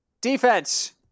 Defense